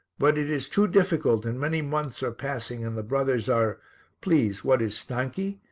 but it is too difficult and many months are passing and the brothers are please, what is stanchi?